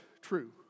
true